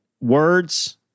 words